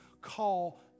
call